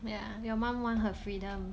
ya your mum want her freedom